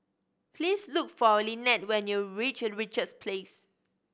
please look for Lynette when you reach Richards Place